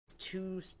two